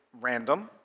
random